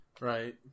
right